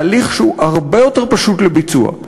בהליך שהוא הרבה יותר פשוט לביצוע,